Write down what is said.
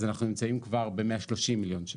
אז אנחנו נמצאים כבר ב-130 מיליון שקל,